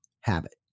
habit